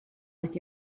with